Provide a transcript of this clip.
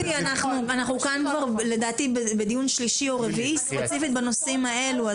אנחנו כאן בדיון שלישי או רביעי ספציפית על הנושאים האלה.